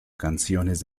canciones